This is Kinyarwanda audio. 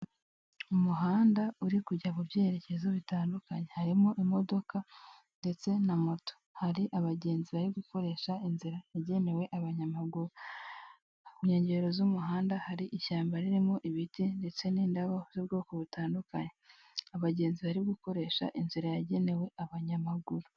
Ahangaha biragaragara ko ushobora gutunga apurikasiyo ya ekwiti banki muri telefoni, maze ukajya uyifashisha mu bikorwa ushaka gukoresha konti yawe haba kohereza amafaranga, kubitsa, kubikuza n'ibindi.